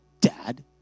Dad